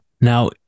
Now